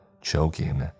choking